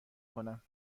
کنم